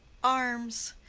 arms,